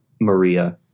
Maria